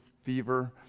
fever